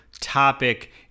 topic